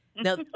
Now